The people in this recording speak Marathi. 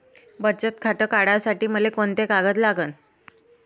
बचत खातं काढासाठी मले कोंते कागद लागन?